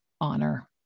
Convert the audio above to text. honor